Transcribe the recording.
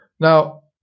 Now